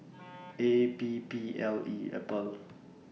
A P P L E Apple